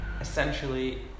essentially